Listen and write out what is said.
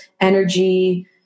energy